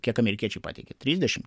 kiek amerikiečiai pateikė trisdešim